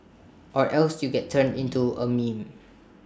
or else you get turned into A meme